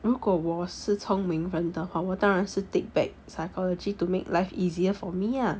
如果我是聪明人的话我当然是 take back psychology to make life easier for me ah